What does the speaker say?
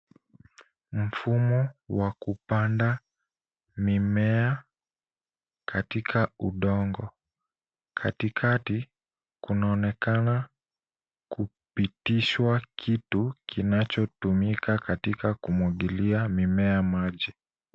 Mfumo wa kupanda mimea katika udongo. Katikati, kunaonekana kupitishwa kitu kinachotumika katika kumwagilia mimea maji.